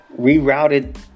rerouted